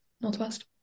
Northwest